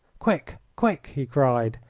quick! quick! he cried,